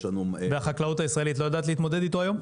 יש לנו --- והחקלאות הישראלית לא יודעת להתמודד אתו היום?